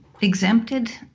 exempted